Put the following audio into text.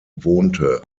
wohnte